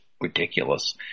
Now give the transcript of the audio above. ridiculous